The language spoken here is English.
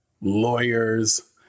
lawyers